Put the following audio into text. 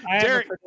Derek